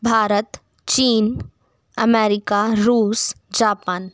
भारत चीन अमेरिका रूस जापान